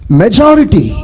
majority